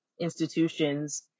institutions